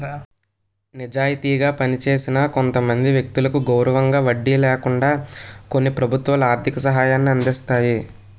నిజాయితీగా పనిచేసిన కొంతమంది వ్యక్తులకు గౌరవంగా వడ్డీ లేకుండా కొన్ని ప్రభుత్వాలు ఆర్థిక సహాయాన్ని అందిస్తాయి